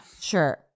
Sure